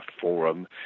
forum